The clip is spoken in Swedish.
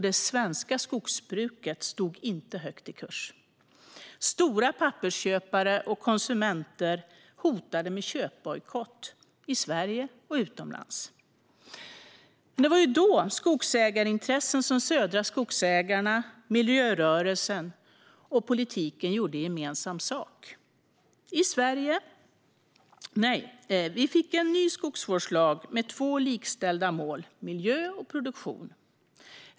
Det svenska skogsbruket stod inte högt i kurs. Stora pappersköpare och konsumenter hotade med köpbojkott i Sverige och utomlands. Det var då skogsägarintressen som Södra Skogsägarna, miljörörelsen och politiken gjorde gemensam sak. Vi fick en ny skogsvårdslag med två likställda mål, miljö och produktion.